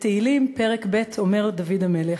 בתהילים פרק ב' אומר דוד המלך: